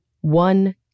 one